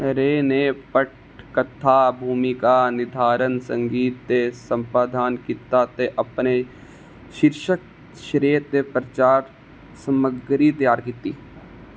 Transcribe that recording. रे ने पटकथा भूमिका निर्धारण संगीत ते संपादन कीता ते अपने शीर्शक श्रेय ते प्रचार समग्गरी त्यार कीती